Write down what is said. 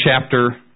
chapter